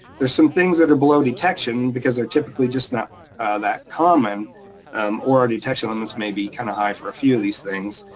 there's some things that are below detection because they're typically just not that common um or detection on this may be kind of high for a few of these things.